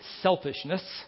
Selfishness